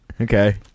Okay